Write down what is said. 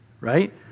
Right